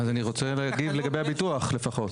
אז אני רוצה להגיד לגבי הביטוח לפחות.